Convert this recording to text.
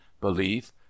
belief